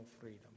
freedom